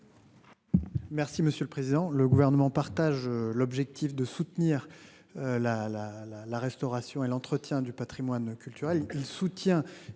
monsieur le président. Le gouvernement partage l'objectif de soutenir. La la la la restauration et l'entretien du Patrimoine culturel, il soutient